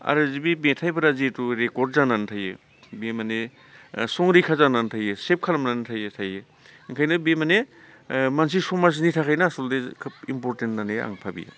आरो बे मेथाइफोरा जिहेथु रेकर्द जानानै थायो बे माने संरैखा जानानै थायो सेभ खालामनानै थायो ओंखायनो बे माने मोनसे समाजनि थाखायनो आसलथे इमपर्टेन्ट होननानै आं भाबियो